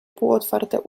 półotwarte